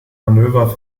manöver